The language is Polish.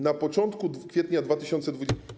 Na początku kwietnia dwa tysiące dwudziestego.